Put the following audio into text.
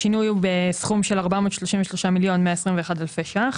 השינוי הוא בסכום של 433,121,000 ₪.